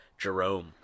jerome